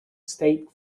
state